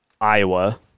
Iowa